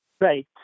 Right